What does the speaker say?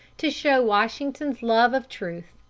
to show washington's love of truth,